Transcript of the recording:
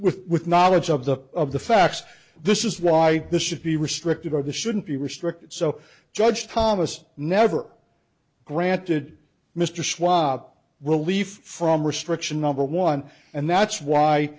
with with knowledge of the of the facts this is why this should be restricted or the shouldn't be restricted so judge thomas never granted mr swop relief from restriction number one and that's why